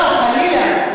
לא, חלילה.